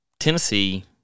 Tennessee